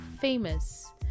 famous